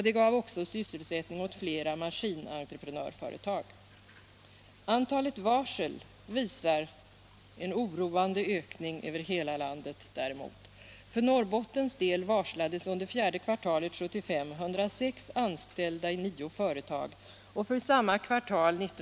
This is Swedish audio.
Det gav också sysselsättning åt flera maskinentreprenörsföretag.